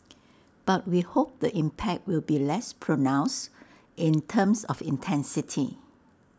but we hope the impact will be less pronounced in terms of intensity